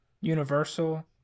universal